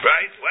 Right